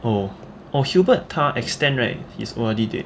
oh oh hubert 他 extend right his O_R_D date